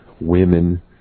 women